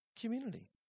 community